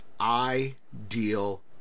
ideal